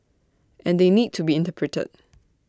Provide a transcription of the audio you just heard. and they need to be interpreted